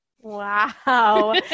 Wow